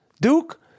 Duke